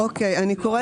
אוקיי, אני קוראת.